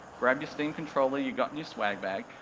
grab your steam controller you got in your swag bag,